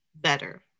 better